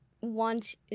want